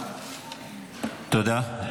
תודה.